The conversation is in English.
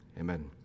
Amen